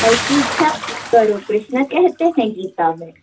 बाक़ी इच्छा करो कृष्ण कहते हैं गीता में